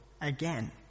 again